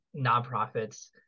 nonprofits